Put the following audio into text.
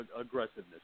aggressiveness